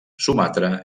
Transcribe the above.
sumatra